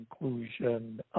conclusion